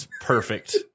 perfect